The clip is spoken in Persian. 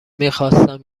میخواستم